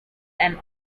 and